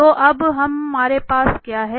तो अब हमारे पास क्या है